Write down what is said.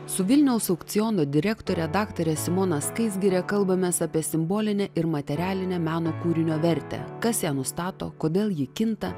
su vilniaus aukciono direktore daktare simona skaisgire kalbamės apie simbolinę ir materialinę meno kūrinio vertę kas ją nustato kodėl ji kinta